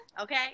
okay